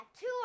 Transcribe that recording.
two